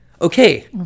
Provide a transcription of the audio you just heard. Okay